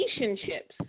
Relationships